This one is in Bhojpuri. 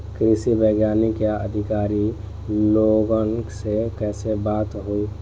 कृषि वैज्ञानिक या अधिकारी लोगन से कैसे बात होई?